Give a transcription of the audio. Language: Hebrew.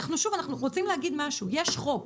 אנחנו רוצים להגיד משהו יש חוק.